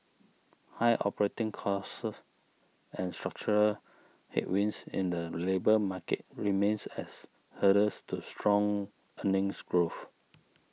high operating costs and structural headwinds in the labour market remains as hurdles to strong earnings growth